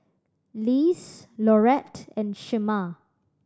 Lise Laurette and Shemar